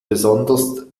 besonders